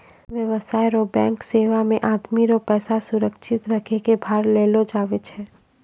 व्यवसाय रो बैंक सेवा मे आदमी रो पैसा सुरक्षित रखै कै भार लेलो जावै छै